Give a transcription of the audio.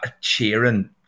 cheering